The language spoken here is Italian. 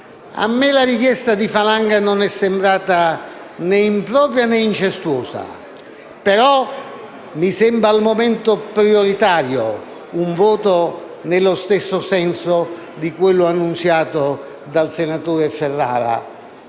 A me la richiesta del senatore Falanga non è sembrata né impropria, né incestuosa, però mi sembra al momento prioritario un voto nello stesso senso di quello annunziato dal senatore Mario